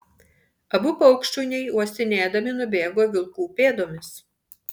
abu paukštšuniai uostinėdami nubėgo vilkų pėdomis